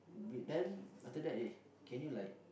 t~ then after that eh can you like